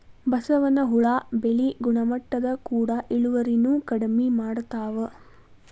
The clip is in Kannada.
ಬಸವನ ಹುಳಾ ಬೆಳಿ ಗುಣಮಟ್ಟದ ಕೂಡ ಇಳುವರಿನು ಕಡಮಿ ಮಾಡತಾವ